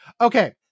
Okay